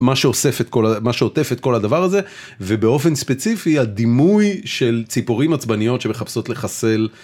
מה שאוסף את כל, מה שעוטף את כל הדבר הזה ובאופן ספציפי הדימוי של ציפורים עצבניות שמחפשות לחסל.